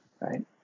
Right